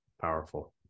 powerful